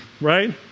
right